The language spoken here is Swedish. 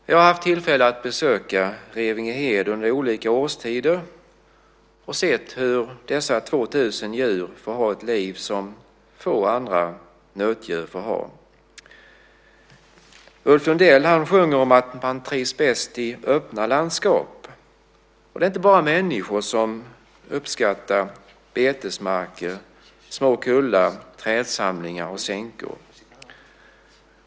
Jag har haft tillfälle att besöka Revingehed under olika årstider, och jag har sett hur dessa 2 000 djur får ha ett liv som få andra nötdjur får ha. Ulf Lundell sjunger om att han trivs bäst i öppna landskap. Men det är inte bara människor som uppskattar betesmarker, små kullar, trädsamlingar och sänkor.